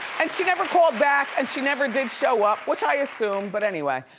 and she never called back, and she never did show up, which i assumed, but anyway.